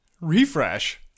Refresh